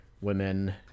women